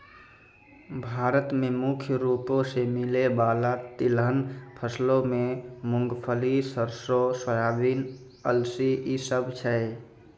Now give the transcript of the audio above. भारत मे मुख्य रूपो से मिलै बाला तिलहन फसलो मे मूंगफली, सरसो, सोयाबीन, अलसी इ सभ छै